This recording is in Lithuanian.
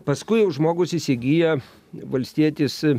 paskui jau žmogus įsigyja valstietis